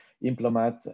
implement